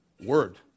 Word